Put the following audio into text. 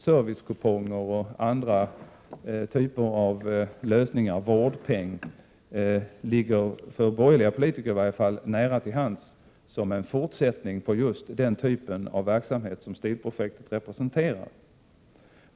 Servicekuponger och andra typer av lösningar ligger åtminstone för borgerliga politiker nära till hands som en fortsättning på just den typ av verksamhet som STIL-projektet representerar.